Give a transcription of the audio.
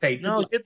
No